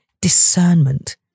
discernment